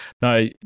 No